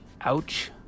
Ouch